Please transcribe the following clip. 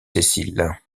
sessiles